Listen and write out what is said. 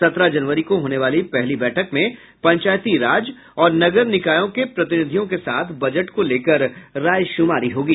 सत्रह जनवरी को होने वाली पहली बैठक में पंचायती राज और नगर निकायों के प्रतिनिधियों के साथ बजट को लेकर रायशुमारी होगी